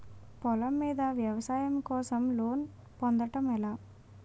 పొలం మీద వ్యవసాయం కోసం లోన్ పొందటం ఎలా?